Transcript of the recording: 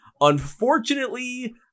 unfortunately